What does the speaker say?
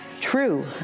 true